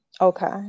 Okay